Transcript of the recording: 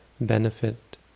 benefit